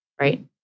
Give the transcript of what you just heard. right